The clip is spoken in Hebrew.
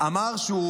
די.